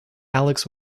alex